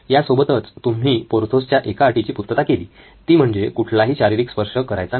या सोबतच तुम्ही पोर्थोसच्या एका अटीची पूर्तता केली ती म्हणजे कुठलाही शारीरिक स्पर्श करायचा नाही